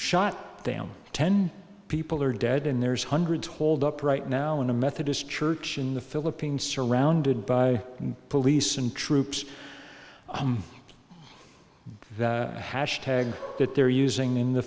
shot them ten people are dead and there's hundreds holed up right now in a methodist church in the philippines surrounded by police and troops the hash tag that they're using in the